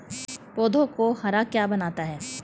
पौधों को हरा क्या बनाता है?